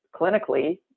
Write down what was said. clinically